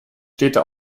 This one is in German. städte